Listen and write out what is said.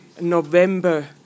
November